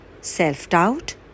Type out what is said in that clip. self-doubt